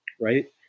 Right